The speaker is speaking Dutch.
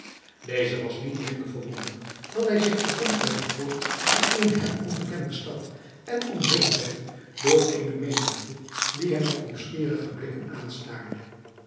deze was niet minder verwonderd dat hij zich bevond bij de poort van eene hem onbekende stad en omringd werd door eene menigte die hem met nieuwsgierige blikken aanstaarde